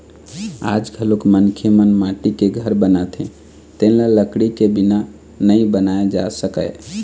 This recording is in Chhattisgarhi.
आज घलोक मनखे मन माटी के घर बनाथे तेन ल लकड़ी के बिना नइ बनाए जा सकय